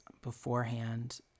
beforehand